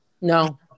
No